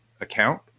account